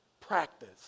practice